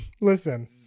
Listen